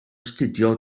astudio